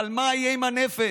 אבל מה יהיה עם הנפש?